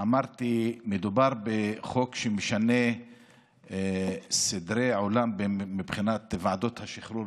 אמרתי שמדובר בחוק שמשנה סדרי עולם בנושא ועדות השחרור,